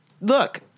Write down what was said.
look